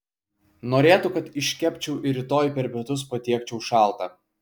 norėtų kad iškepčiau ir rytoj per pietus patiekčiau šaltą